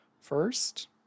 first